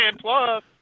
plus